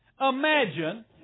Imagine